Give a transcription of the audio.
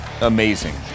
amazing